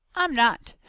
i'm not.